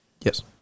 Yes